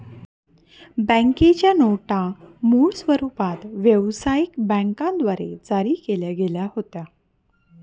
बँकेच्या नोटा मूळ स्वरूपात व्यवसायिक बँकांद्वारे जारी केल्या गेल्या होत्या